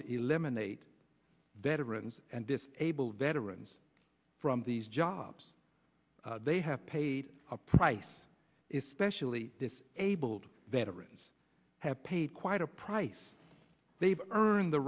to eliminate veterans and this able veterans from these jobs they have paid a price is specially this able to veterans have paid quite a price they've earned the